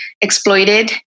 exploited